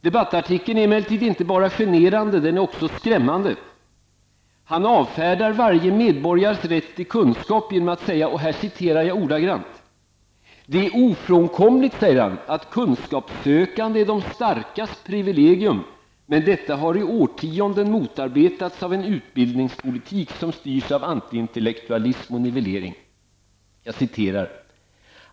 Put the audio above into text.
Debattartikeln är emellertid inte bara generande, den är också skrämmande. Han avfärdar varje medborgares rätt till kunskap genom att säga: ''Det är ofrånkomligt att kunskapssökande är de starkas privilegium, men detta har i årtionden motarbetats av en utbildningspolitik som styrs av antiintellektualism och nivellering.